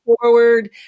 Forward